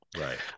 Right